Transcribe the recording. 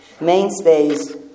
mainstays